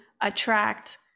attract